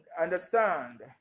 understand